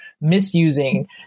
misusing